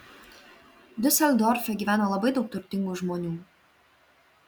diuseldorfe gyvena labai daug turtingų žmonių